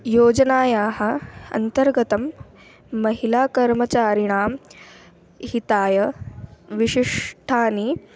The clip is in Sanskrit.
योजनायाः अन्तर्गतं महिलाकर्मचारिणां हिताय विशिष्टानि